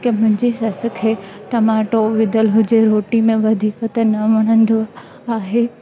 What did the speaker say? की मुंहिंजी सस खे टमाटो विधियलु हुजे रोटी में वधीक त न वणंदो आहे